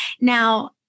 Now-